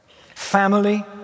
Family